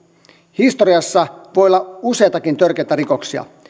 historiassa voi olla useitakin törkeitä rikoksia